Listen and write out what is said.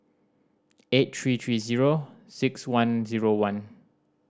eight three three zero six one zero one